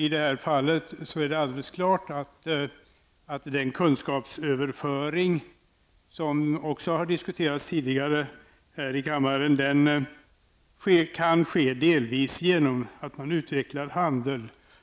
I det här fallet är det alldeles klart att den kunskapsöverföring som det också ha talats om tidigare här i kammaren delvis kan ske genom att man utvecklar handel